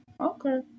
okay